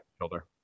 Shoulder